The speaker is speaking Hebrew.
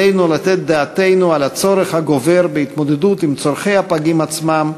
עלינו לתת דעתנו על הצורך הגובר בהתמודדות עם צורכי הפגים עצמם,